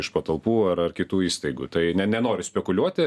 iš patalpų ar ar kitų įstaigų tai ne nenoriu spekuliuoti